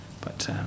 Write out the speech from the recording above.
But-